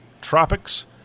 tropics